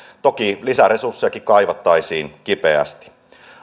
toki lisäresurssejakin kaivattaisiin kipeästi